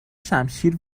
شمشیر